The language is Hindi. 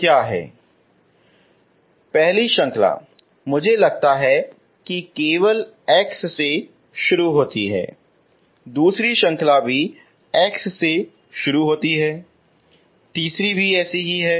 तो पहली श्रृंखला मुझे लगता है कि केवल x से शुरू होती है दूसरी श्रृंखला भी x से शुरू होती है तीसरी भी ऐसी ही है